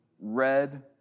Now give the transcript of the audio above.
red